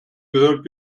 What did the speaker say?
gehört